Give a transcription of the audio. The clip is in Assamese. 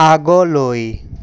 আগলৈ